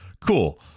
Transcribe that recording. cool